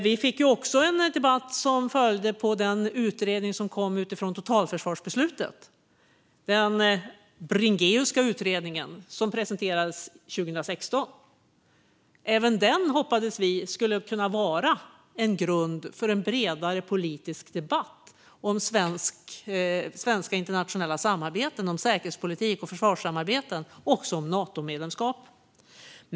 Vi fick också en debatt som följde på den utredning som kom utifrån totalförsvarsbeslutet, den bringéuska utredningen, som presenterades 2016. Även den hoppades vi skulle kunna vara en grund för en bredare politisk debatt om svenska internationella samarbeten, om säkerhetspolitik och om försvarssamarbeten, liksom om Natomedlemskap.